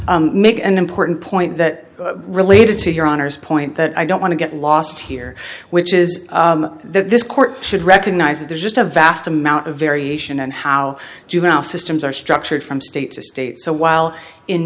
to make an important point that related to your honor's point that i don't want to get lost here which is this court should recognize that there's just a vast amount of variation and how juvenile systems are structured from state to state so while in